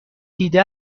دیده